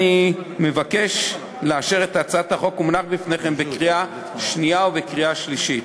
אני מבקש לאשר את הצעת החוק המונחת בפניכם בקריאה שנייה ובקריאה שלישית.